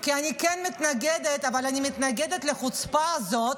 כי אני כן מתנגדת, אבל אני מתנגדת לחוצפה הזאת,